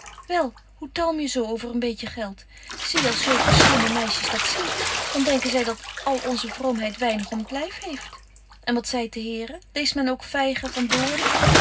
wel hoe talmje zo over een beetje geld zie als zulke slimme meisjes dat zien dan denken zy dat al onze vroomheid weinig om t lyf heeft en wat zeit de here leest men ook vygen van doornen